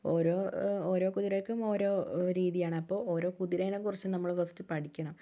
ഓരോ ഓരോ കുതിരയ്ക്കും ഓരോ രീതിയാണ് അപ്പോൾ ഓരോ കുതിരേനെക്കുറിച്ചും നമ്മൾ ഫസ്റ്റ് പഠിക്കണം